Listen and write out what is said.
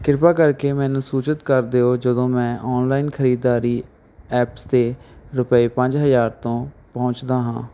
ਕ੍ਰਿਪਾ ਕਰਕੇ ਮੈਨੂੰ ਸੂਚਿਤ ਕਰ ਦਿਓ ਜਦੋਂ ਮੈਂ ਔਨਲਾਇਨ ਖਰੀਦਦਾਰੀ ਐਪਸ 'ਤੇ ਰੁਪਏ ਪੰਜ ਹਜ਼ਾਰ ਤੋਂ ਪਹੁੰਚਦਾ ਹਾਂ